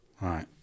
Right